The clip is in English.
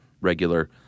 regular